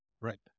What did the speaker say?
Right